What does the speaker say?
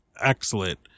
excellent